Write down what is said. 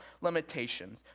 limitations